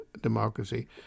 democracy